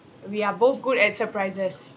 we are both good at surprises